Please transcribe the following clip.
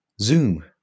Zoom